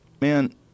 man